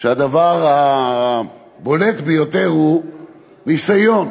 והדבר הבולט ביותר הוא ניסיון.